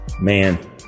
Man